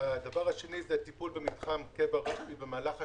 הדבר השני הוא טיפול במתחם קבר הרשב"י במהלך השנים,